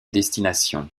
destinations